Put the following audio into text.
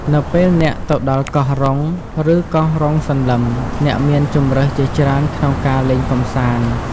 នៅពេលអ្នកទៅដល់កោះរ៉ុង ឬកោះរ៉ុងសន្លឹម អ្នកមានជម្រើសជាច្រើនក្នុងការលេងកម្សាន្ត។